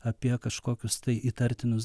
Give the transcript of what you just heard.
apie kažkokius tai įtartinus